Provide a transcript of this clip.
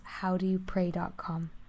howdoyoupray.com